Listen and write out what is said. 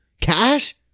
cash